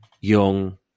young